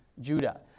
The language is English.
Judah